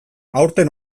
aurten